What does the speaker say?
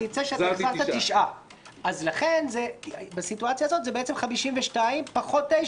זה יוצא שהחזרת 9. במצב הזה זה 52 פחות 9,